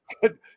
Good